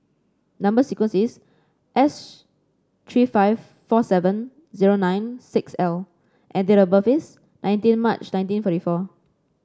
number sequence is S three five four seven zero nine six L and date of birth is nineteen March nineteen forty four